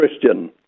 Christian